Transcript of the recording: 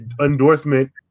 endorsement